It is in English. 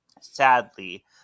Sadly